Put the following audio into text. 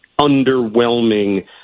underwhelming